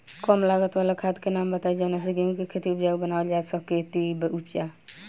कम लागत वाला खाद के नाम बताई जवना से गेहूं के खेती उपजाऊ बनावल जा सके ती उपजा?